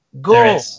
Go